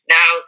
Now